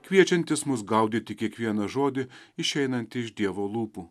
kviečiantis mus gaudyti kiekvieną žodį išeinant iš dievo lūpų